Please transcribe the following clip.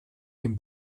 dem